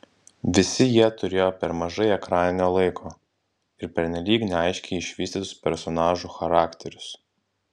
visi jie turėjo per mažai ekraninio laiko ir pernelyg neaiškiai išvystytus personažų charakterius